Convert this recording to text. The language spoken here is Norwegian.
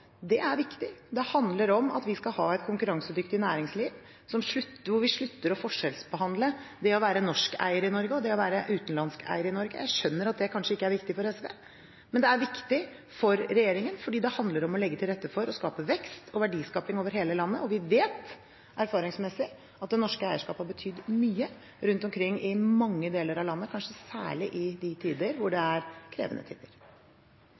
Det er viktig. Det handler om at vi skal ha et konkurransedyktig næringsliv hvor vi slutter å forskjellsbehandle det å være norsk eier i Norge og det å være utenlandsk eier i Norge. Jeg skjønner at det kanskje ikke er viktig for SV, men det er viktig for regjeringen, fordi det handler om å legge til rette for å skape vekst og verdiskaping over hele landet. Vi vet erfaringsmessig at det norske eierskapet har betydd mye rundt omkring i mange deler av landet, kanskje særlig i krevende tider.